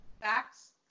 facts